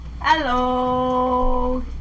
Hello